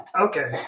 Okay